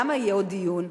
למה יהיה עוד דיון?